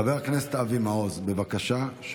חבר הכנסת אבי מעוז, בבקשה.